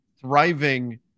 thriving